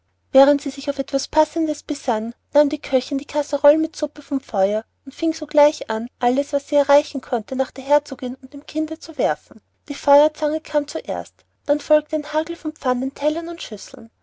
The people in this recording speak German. während sie sich auf etwas passendes besann nahm die köchin die kasserole mit suppe vom feuer und fing sogleich an alles was sie erreichen konnte nach der herzogin und dem kinde zu werfen die feuerzange kam zuerst dann folgte ein hagel von pfannen tellern und schüsseln